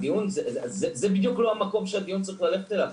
זה בדיוק לא המקום שהדיון צריך ללכת אליו.